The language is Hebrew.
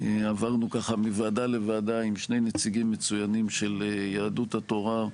שעברנו מוועדה לוועדה עם שני נציגים מצוינים של יהדות התורה.